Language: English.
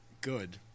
good